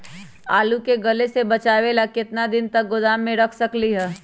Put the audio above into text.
आलू के गले से बचाबे ला कितना दिन तक गोदाम में रख सकली ह?